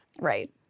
Right